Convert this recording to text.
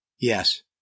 Yes